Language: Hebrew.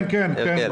כן כן,